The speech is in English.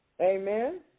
Amen